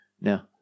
now